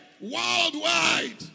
worldwide